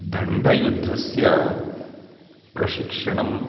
दण्डयुद्धस्य प्रशिक्षणं